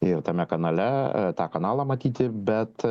ir tame kanale tą kanalą matyti bet